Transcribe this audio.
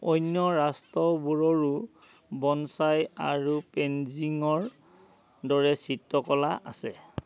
অন্য ৰাষ্ট্ৰবোৰৰো বনছাই আৰু পেনজিঙৰ দৰে চিত্ৰকলা আছে